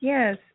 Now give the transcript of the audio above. Yes